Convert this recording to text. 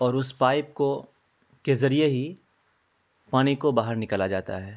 اور اس پائپ کو کے ذریعے ہی پانی کو باہر نکالا جاتا ہے